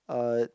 uh